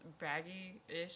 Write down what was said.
baggy-ish